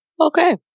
Okay